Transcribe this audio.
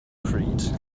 creed